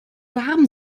warm